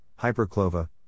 Hyperclova